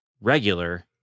regular